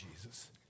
Jesus